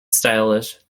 stylish